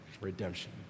redemption